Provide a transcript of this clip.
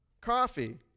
coffee